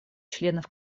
членов